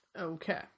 Okay